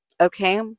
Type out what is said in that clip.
Okay